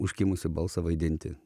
užkimusį balsą vaidinti